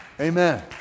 Amen